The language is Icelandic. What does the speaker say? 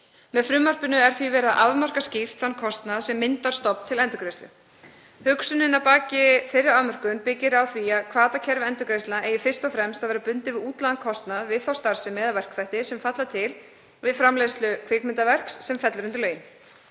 Með frumvarpinu er því verið að afmarka skýrt þann kostnað sem myndar stofn til endurgreiðslu. Hugsunin að baki þeirri afmörkun byggist á því að hvatakerfi endurgreiðslna eigi fyrst og fremst að vera bundið við útlagðan kostnað við þá starfsemi eða verkþætti sem falla til við framleiðslu kvikmyndaverks sem fellur undir lögin.